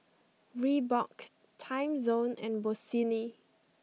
Reebok Timezone and Bossini